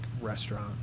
restaurant